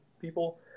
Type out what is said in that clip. people